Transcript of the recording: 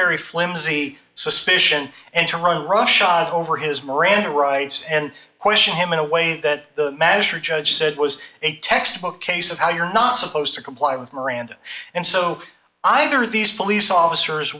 very flimsy suspicion and to run roughshod over his miranda rights and question him in a way that the measure judge said was a textbook case of how you're not supposed to comply with miranda and so either these police officers